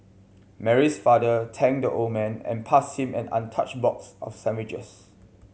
Mary's father thanked the old man and passed him an untouched box of sandwiches